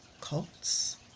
cults